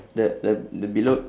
the the the below